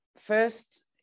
First